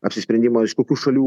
apsisprendimą iš kokių šalių